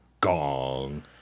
Gong